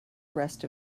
rest